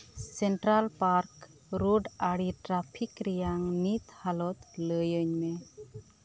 central park road ᱟᱲᱮ traffic ᱨᱮᱭᱟᱝ ᱱᱤᱛ ᱦᱟᱞᱚᱛ ᱞᱟᱹᱭᱟᱹᱧ ᱢᱮ